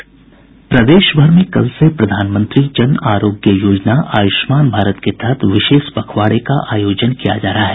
प्रदेश भर में कल से प्रधानमंत्री जन आरोग्य योजना आयुष्मान भारत के तहत विशेष पखवाड़े का आयोजन किया जा रहा है